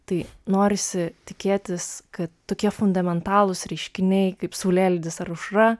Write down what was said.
tai norisi tikėtis kad tokie fundamentalūs reiškiniai kaip saulėlydis ar aušra